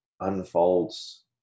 unfolds